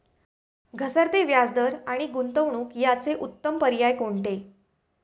घसरते व्याजदर आणि गुंतवणूक याचे उत्तम पर्याय कोणते?